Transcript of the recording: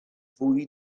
fwy